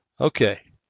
Okay